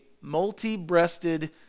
multi-breasted